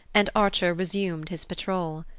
and archer resumed his patrol.